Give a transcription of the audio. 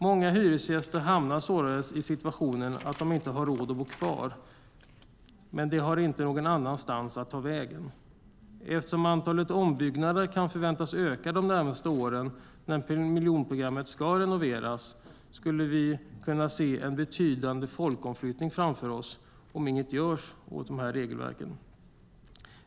Många hyresgäster hamnar således i situationen att de inte har råd att bo kvar men inte har någon annanstans att ta vägen. Eftersom antalet ombyggnader kan förväntas öka de närmaste åren när miljonprogrammet ska renoveras skulle vi kunna se en betydande folkomflyttning framför oss om inget görs åt regelverken.